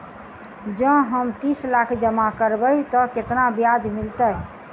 जँ हम तीस लाख जमा करबै तऽ केतना ब्याज मिलतै?